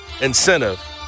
incentive